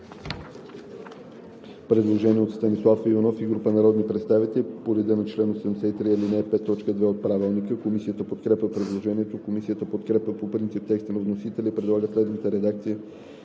предложение от Станислав Иванов и група народни представители по реда на чл. 83, ал. 5, т. 2 от Правилника. Комисията подкрепя предложението. Комисията подкрепя по принцип текста на вносителя и предлага следната редакция